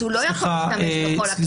אז הוא לא יכול להשתמש בכל הכלים.